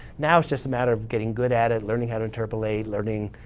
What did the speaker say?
now it's just a matter of getting good at it, learning how to interpolate, learning,